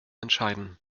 entscheiden